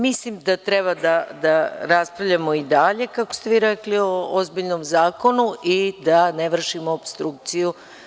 Mislim da treba da raspravljamo i dalje, kako ste vi rekli, o ozbiljnom zakonu i da ne vršimo opstrukciju.